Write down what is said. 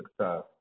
success